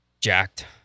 jacked